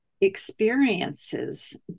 experiences